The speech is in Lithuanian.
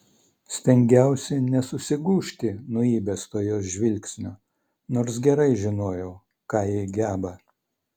stengiausi nesusigūžti nuo įbesto jos žvilgsnio nors gerai žinojau ką ji geba